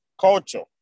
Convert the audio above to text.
culture